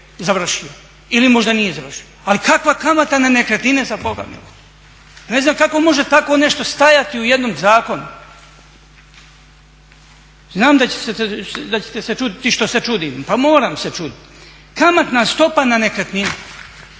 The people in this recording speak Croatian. završio ili možda nije završio. Ali kakva kamata na nekretnine za Boga miloga? Ne znam kako može tako nešto stajati u jednom zakonu. Znam da ćete se čuditi što se čudim, pa moram se čuditi. Kamatna stopa na nekretninu,